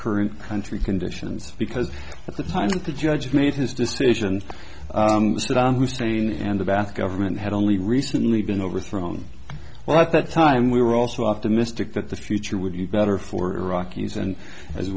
current country conditions because at the time that the judge made his decision saddam hussein and the bath government had only recently been overthrown well at that time we were also optimistic that the future would you better for iraqis and as